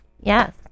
Yes